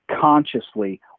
consciously